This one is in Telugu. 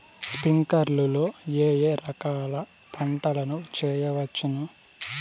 స్ప్రింక్లర్లు లో ఏ ఏ రకాల పంటల ను చేయవచ్చును?